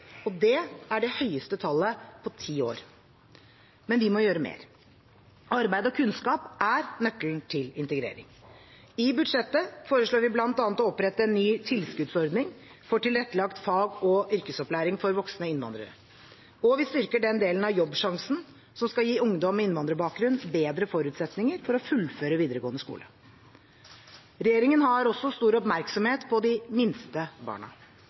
Det er de høyeste tallene på ti år. Men vi må gjøre enda mer. Arbeid og kunnskap er nøkkelen til integrering. I budsjettet foreslår vi bl.a. å opprette en ny tilskuddsordning for tilrettelagt fag- og yrkesopplæring for voksne innvandrere. Vi styrker den delen av Jobbsjansen som skal gi ungdom med innvandrerbakgrunn bedre forutsetninger for å fullføre videregående skole. Regjeringen retter også stor oppmerksomhet mot de minste barna.